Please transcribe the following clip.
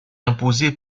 imposé